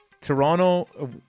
toronto